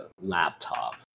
laptop